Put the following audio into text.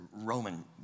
Roman